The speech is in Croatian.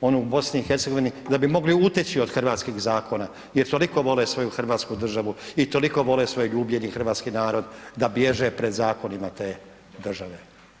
onu u BiH-u da bi mogli uteći od hrvatskih zakona jer toliko vole svoju hrvatsku državu i toliko vole svoj ljubljeni hrvatski narod da bježe pred zakonima te države.